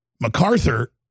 MacArthur